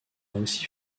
aussi